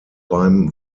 beim